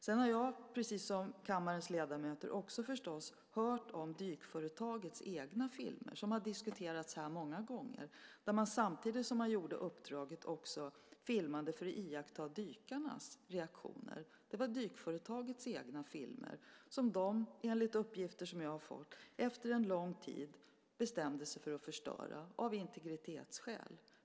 Sedan har jag, precis som kammarens ledamöter, förstås hört om dykföretagets egna filmer, som har diskuterats här många gånger. Samtidigt som man gjorde uppdraget filmade man för att iaktta dykarnas reaktioner. Det var dykföretagets egna filmer, som de enligt uppgifter jag har fått efter en lång tid bestämde sig för att förstöra, av integritetsskäl.